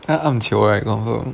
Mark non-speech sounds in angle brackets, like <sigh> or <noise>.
她 <noise> right confirm